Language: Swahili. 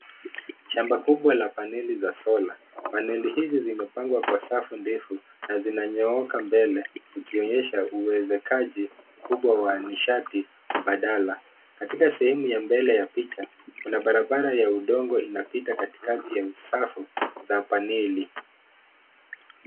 Shamba kubwa la paneli za sola. Paneli hizi zimepangwa kwa safu ndefu na zinayooka mbele ikionyesha uwezekaji kubwa wa nishati badala. Katika sehemu ya mbele ya picha, kuna barabara ya udongo inapita katikati ya usafu wa paneli.